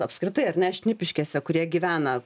apskritai ar ne šnipiškėse kurie gyvena